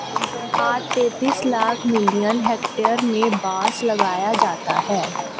आज तैंतीस lakh million hectare में बांस लगाया जाता है